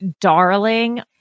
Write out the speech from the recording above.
darling